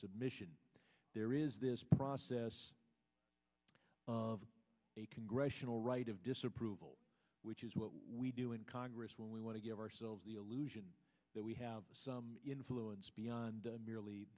submission there is this process of a congressional right of disapproval which is what we do in congress when we want to give ourselves the illusion that we have some influence beyond merely